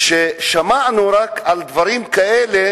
ששמענו על דברים כאלה